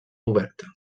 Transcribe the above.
oberta